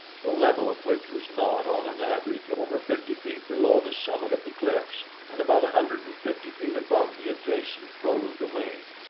the level of which was not, on an average, over fifty feet below the summit of the cliffs and about a hundred and fifty feet above the adjacent kro-lu domain.